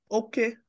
okay